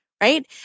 Right